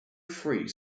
free